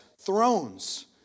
thrones